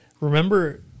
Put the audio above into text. remember